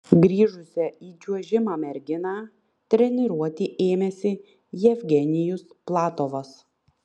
grįžusią į čiuožimą merginą treniruoti ėmėsi jevgenijus platovas